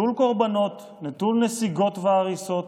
נטול קורבנות, נטול נסיגות והריסות